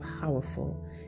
powerful